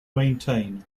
maintain